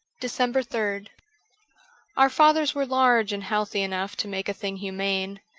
december third our fathers were large and healthy enough to make a thing humane,